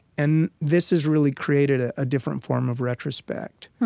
and this has really created a ah different form of retrospect.